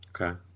Okay